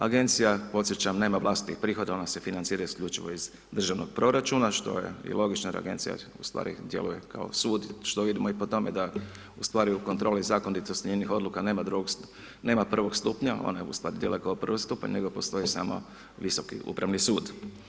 Agencija, podsjećam nema vlastitih prihoda, ona se financira isključivo iz državnog proračuna što je i logično jer agencija ustvari djeluje kao sud, što vidimo i po tome da ustvari u kontroli, zakonitost njenih odluka nema prvog stupnja ona je ... kao prvi stupanj nego postoji samo Visoki upravni sud.